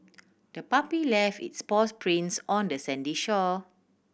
the puppy left its paws prints on the sandy shore